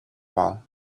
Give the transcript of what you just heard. wall